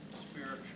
spiritual